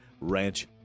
Ranch